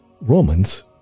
romans